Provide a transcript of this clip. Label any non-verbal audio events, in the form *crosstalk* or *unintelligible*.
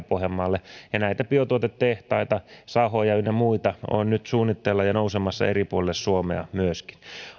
*unintelligible* pohjanmaalle biotuotetehtaita sahoja ynnä muita on nyt suunnitteilla ja myöskin nousemassa eri puolille suomea